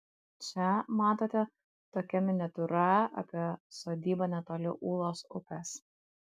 čia matote tokia miniatiūra apie sodybą netoli ūlos upės